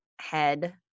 head